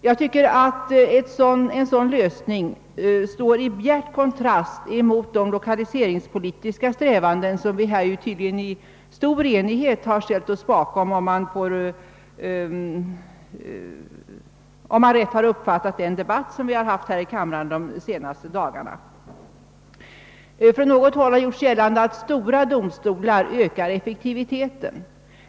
Enligt min nening står en sådan lösning i bjärt kontrast till de lokaliseringspolitiska strävanden, som vi i stor enighet har ställt oss bakom, att döma av den debatt som förekommit i riksdagen de senaste dagarna. Från något håll har gjorts gällande att stora domstolar ökar effektiviteten.